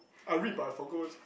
I read but I forgot